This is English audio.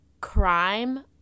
crime